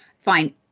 fine